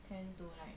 tend to like